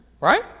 Right